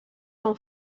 són